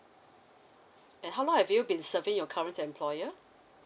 and how long have you been serving your current employer